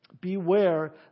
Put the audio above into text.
Beware